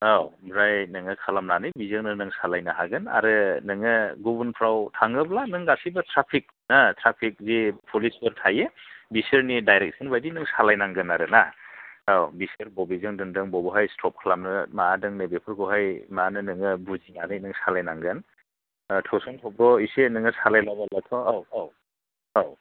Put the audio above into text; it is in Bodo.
औ आमफ्राय नोङो खालामनानै बिजोंनो नों सालायनो हागोन आरो नोङो गुबुनफ्राव थाङोब्ला नों गासैबो थ्राफिक जे पुलिसफोर थायो बिसोरनि डाइरेकस'न बायदि नों सालायनांगोन आरोना औ बिसोर बबेजों दोनदों बबेहाय स्ट'ब माबादों नै बेफोरखौहाय मा होनो नोङो बुजिनानै सालायनांगोन थोसन थोब्र' एसे सालायलाबायबाथ' औ औ औ